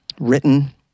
written